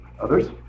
Others